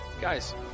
Guys